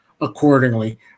accordingly